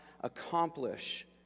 accomplish